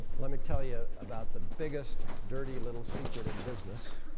let me tell you about the biggest dirty little secret in business.